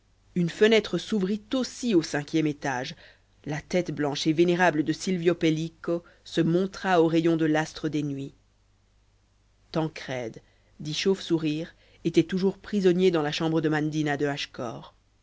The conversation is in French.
une fenêtre s'ouvrit aussi au cinquième étage la tête blanche et vénérable de silvio pellico se montra aux rayons de l'astre des nuits tancrède dit chauve sourire était toujours prisonnier dans la chambre de mandina de